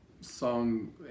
song